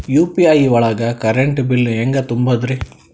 UPI ಒಳಗ current bill ಹೆಂಗ್ ತುಂಬದ್ರಿ?